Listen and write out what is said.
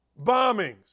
bombings